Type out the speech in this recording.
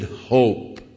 hope